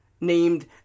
named